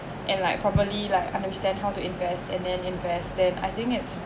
and like probably like understand how to invest and then invest then I think it's